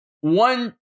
one